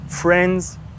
friends